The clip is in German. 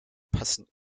passen